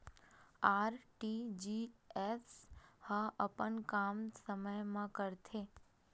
RTGS ह अपन काम समय मा करथे?